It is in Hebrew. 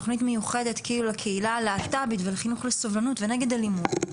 תוכנית מיוחדת כאילו לקהילה הלהט"בית ולחינוך לסובלנות ונגד אלימות,